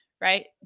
Right